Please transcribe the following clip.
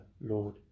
Lord